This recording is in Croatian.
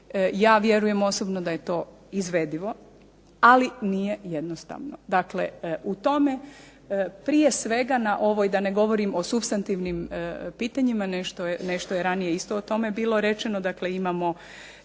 ja vjerujem osobno da je to izvedivo, ali nije jednostavno. Dakle u tome prije svega na ovoj da ne govorim o supstantivnim pitanjima, nešto je ranije isto o tome bilo rečeno, dakle imamo